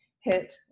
hit